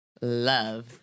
love